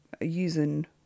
using